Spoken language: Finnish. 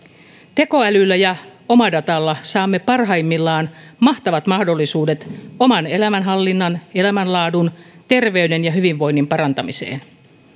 tekoälyllä ja omadatalla saamme parhaimmillaan mahtavat mahdollisuudet oman elämänhallinnan elämänlaadun terveyden ja hyvinvoinnin parantamiseen